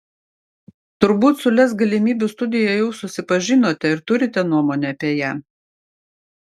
turbūt su lez galimybių studija jau susipažinote ir turite nuomonę apie ją